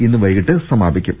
ഇന്ന് വൈകിട്ട് സമാ പിക്കും